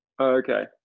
Okay